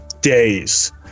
days